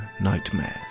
nightmares